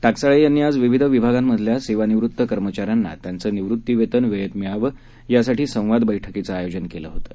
टाकसाळे यांनी आज विविध विभागांमधल्या सेवानिवृत्त कर्मचाऱ्यांना त्यांचं निवृत्तीवेतन वेळेत मिळावं यासाठी संवाद बैठकीचं आयोजन केलं होतं